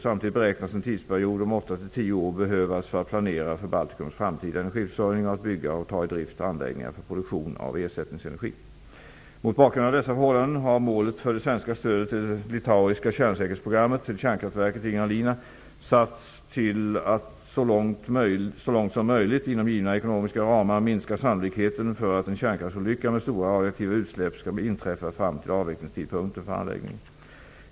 Samtidigt beräknas en tidsperiod på 8--10 år behövas för att planera för Baltikums framtida energiförsörjning och för att bygga och ta i drift anläggningar för produktion av ersättningsenergi. Mot bakgrund av dessa förhållanden har målet för det svenska stödet till det litauiska kärnsäkerhetsprogrammet och till kärnkraftverket i Ignalina satts till att så långt som möjligt inom givna ekonomiska ramar minska sannolikheten för att en kärnkraftsolycka med stora radioaktiva utsläpp skall inträffa fram till avvecklingstidpunkten för anläggningen.